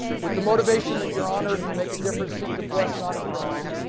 with the motivation that you're on earth to make a difference, seek to bless not impress.